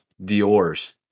Dior's